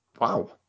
Wow